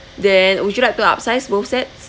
then would you like upsize both sets